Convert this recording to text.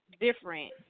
different